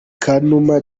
kanuma